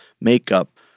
makeup